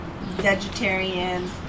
vegetarian